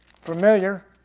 familiar